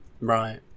Right